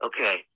Okay